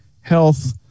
health